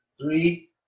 Three